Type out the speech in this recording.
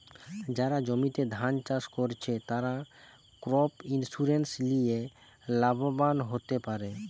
যারা জমিতে ধান চাষ কোরছে, তারা ক্রপ ইন্সুরেন্স লিয়ে লাভবান হোতে পারে